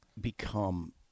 become